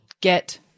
get